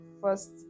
first